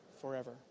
forever